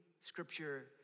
scripture